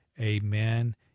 amen